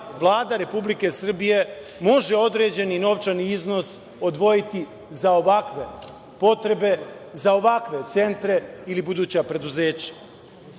Vlada Republike Srbije može određeni novčani iznos odvojiti za ovakve potrebe, za ovakve centre ili buduća preduzeća. Zarad